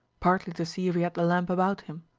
partly to see if he had the lamp about him.